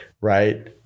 right